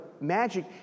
magic